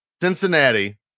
Cincinnati